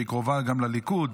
שהיא קרובה גם לליכוד,